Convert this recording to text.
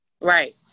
right